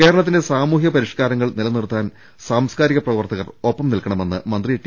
കേരളത്തിന്റെ സാമൂഹ്യ പരിഷ്കാരങ്ങൾ നിലനിർത്താൻ സാംസ്കാ രിക പ്രവർത്തകർ ഒപ്പം നിൽക്കണമെന്ന് മന്ത്രി ടി